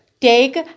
take